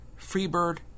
Freebird